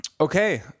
okay